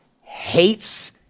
hates